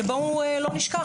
שבל נשכח,